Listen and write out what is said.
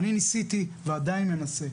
אני ניסיתי ועדיין מנסה,